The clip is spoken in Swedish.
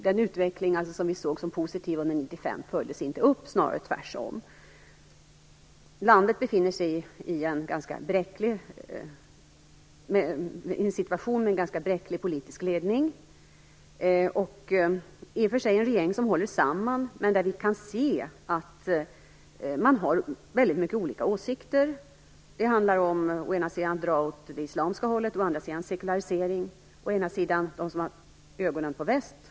Den utveckling som vi såg som positiv under 1995 följdes inte upp, snarare tvärtom. Landet befinner sig i en situation med en ganska bräcklig politisk ledning. I och för sig håller regeringen samman, men vi kan se att man har mycket olika åsikter. Det handlar å ena sidan om att dra åt det islamiska hållet och å andra sidan om sekularisering. Å ena sidan finns de som har ögonen på väst.